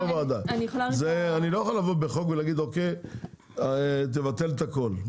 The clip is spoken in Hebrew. אני לא יכול לבוא בחוק ולהגיד תבטל הכול.